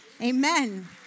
Amen